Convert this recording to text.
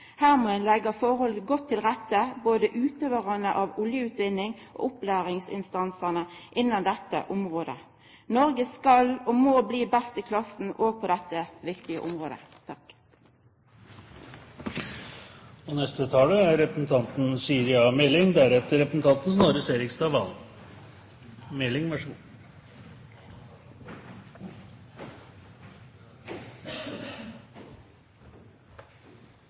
Her må ein leggja forholda godt til rette, både utøvarane av oljeutvinning og opplæringsinstansane innan dette området. Noreg skal og må bli best i klassen òg på dette viktige området. Først: Takk til interpellanten Høybråten fordi han reiser en viktig debatt i dag. Hendelsen i Mexicogolfen er